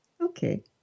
Okay